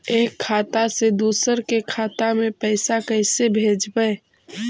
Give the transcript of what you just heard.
एक खाता से दुसर के खाता में पैसा कैसे भेजबइ?